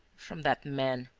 from that man.